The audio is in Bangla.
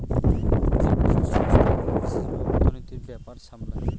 যেকোনো সংস্থাগুলো বিশেষ ভাবে অর্থনীতির ব্যাপার সামলায়